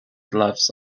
gloves